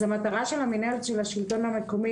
אז המטרה של המינהלת של השלטון המקומי